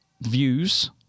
views